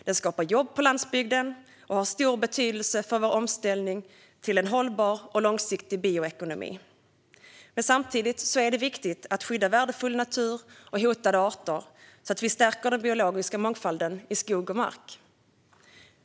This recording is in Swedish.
Den skapar jobb på landsbygden och har stor betydelse för vår omställning till en hållbar och långsiktig bioekonomi. Samtidigt är det viktigt att skydda värdefull natur och hotade arter så att vi stärker den biologiska mångfalden i skog och mark.